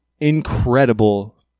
Incredible